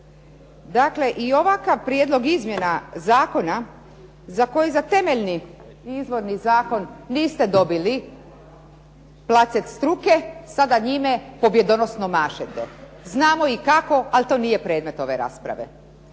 Dakle, i ovakav prijedlog izmjena zakona za koji za temeljni izborni zakon niste dobili placet struke, sada njime pobjedonosno mašete. Znamo i kako, ali to nije predmet ove rasprave.